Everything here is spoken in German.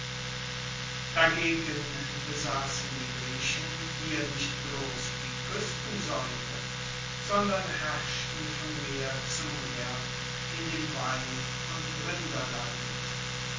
dagegen besassen die griechen hier nicht bloss die kuestensaeume sondern herrschten von meer zu meer in dem wein und rinderland